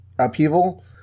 upheaval